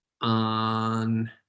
on